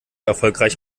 erfolgreich